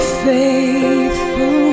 faithful